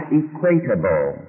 equatable